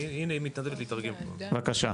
בבקשה.